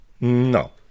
No